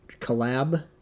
collab